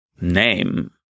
name